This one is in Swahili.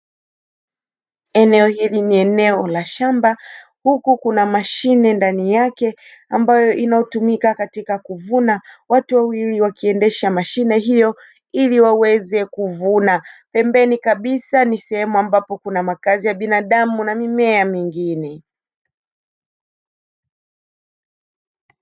Eneo hili ni eneo la shamba huku kuna mashine ndani yake ambayo inayotumika katika kuvuna. Watu wawili wakiendesha mashine hiyo ili waweze kuvuna, pembeni kabisa ni sehemu ambapo kuna makazi ya binadamu na mimea mingine.